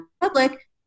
public